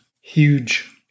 huge